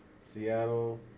Seattle